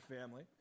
family